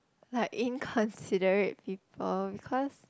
like inconsiderate people because